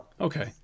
Okay